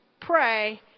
pray